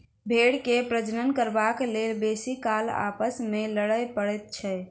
भेंड़ के प्रजनन करबाक लेल बेसी काल आपस मे लड़य पड़ैत छै